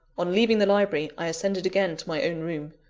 on leaving the library, i ascended again to my own room.